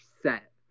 set